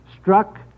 struck